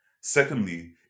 Secondly